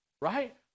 Right